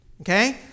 Okay